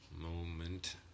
Moment